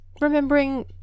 remembering